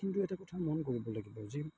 কিন্তু এটা কথা মন কৰিব লাগিব যে